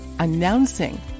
announcing